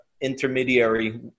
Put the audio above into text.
intermediary